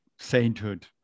sainthood